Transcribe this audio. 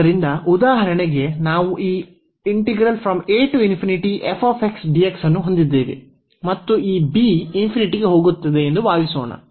ಆದ್ದರಿಂದ ಉದಾಹರಣೆಗೆ ನಾವು ಈ ಅನ್ನು ಹೊಂದಿದ್ದೇವೆ ಮತ್ತು ಈ b ಗೆ ಹೋಗುತ್ತದೆ ಎಂದು ಭಾವಿಸೋಣ